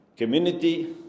community